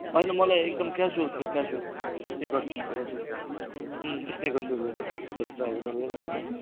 होइन मलाई एकदम क्याजुयल सु क्याजुयल स्निकर टाइपको हजुर अँ स्निकर सुसहरू स्निकरहरू चाहिएको डल्लै मलाई क्या